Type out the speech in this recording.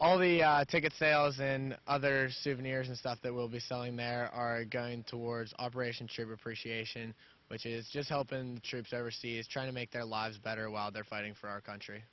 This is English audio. of the ticket sales in other souvenirs and stuff that will be selling there are going towards operation trigger appreciation which is just help and troops overseas trying to make their lives better while they're fighting for our country